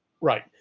right